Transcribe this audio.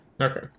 Okay